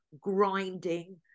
grinding